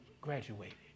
graduated